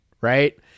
right